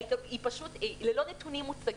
לא נתונים מוצגים,